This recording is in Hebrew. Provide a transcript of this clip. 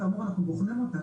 כאמור אנחנו בוחנים אותה,